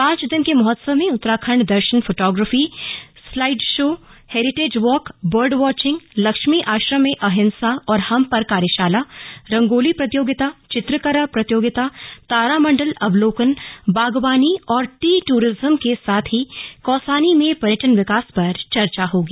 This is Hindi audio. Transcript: पांच दिन के महोत्सव में उत्तराखंड दर्शन photography slide show heritage walk bird watching Lakshmi Ashram में अहिंसा और हम पर कार्यशाला रंगोली प्रतियोगिता चित्रकला प्रतियोगिता तारामंडल अवलोकन बागवानी और टी ट्ररिज्म के साथ ही कौसानी में पर्यटन विकास पर चर्चा होगी